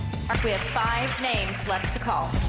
we have five names left to call.